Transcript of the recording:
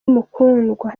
mukundwa